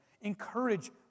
Encourage